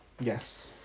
Yes